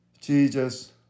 Jesus